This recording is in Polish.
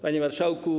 Panie Marszałku!